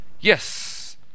yes